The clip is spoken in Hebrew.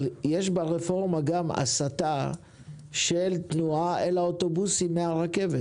אבל יש ברפורמה גם הסטה של תנועה אל האוטובוסים מן הרכבת